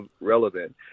relevant